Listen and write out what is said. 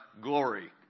glory